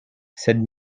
sed